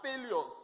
failures